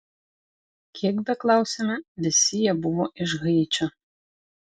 kiek beklausėme visi jie buvo iš haičio